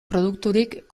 produkturik